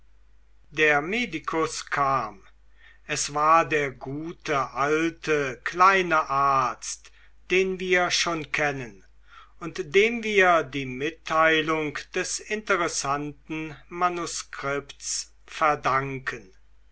der medikus kam es war der gute alte kleine arzt den wir schon kennen und dem wir die mitteilung des interessanten manuskripts verdanken